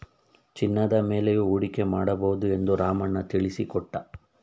ಚಿನ್ನದ ಮೇಲೆಯೂ ಹೂಡಿಕೆ ಮಾಡಬಹುದು ಎಂದು ರಾಮಣ್ಣ ತಿಳಿಸಿಕೊಟ್ಟ